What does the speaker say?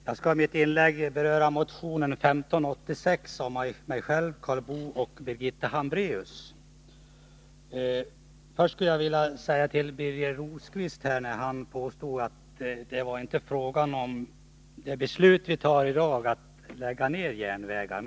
Herr talman! Birger Rosqvist påstod att det beslut som vi tar i dag inte handlar om att lägga ned järnvägssträckor.